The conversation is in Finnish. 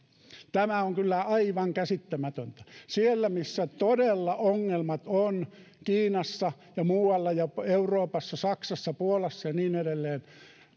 tämä on kyllä aivan käsittämätöntä siellä missä todella ongelmat ovat kiinassa ja muualla ja euroopassa saksassa puolassa ja niin edelleen